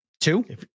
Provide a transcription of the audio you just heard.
Two